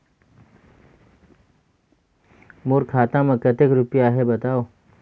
मोर खाता मे कतेक रुपिया आहे बताव?